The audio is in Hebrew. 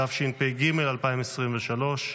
התשפ"ג 2023,